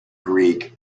greek